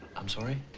i'm sorry.